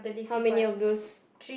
how many of those